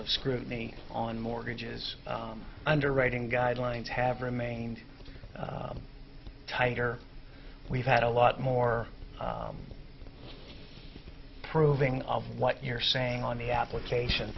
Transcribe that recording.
of scrutiny on mortgages underwriting guidelines have remained tighter we've had a lot more proving of what you're saying on the application